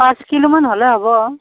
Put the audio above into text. পাঁচ কিলো মান হ'লে হ'ব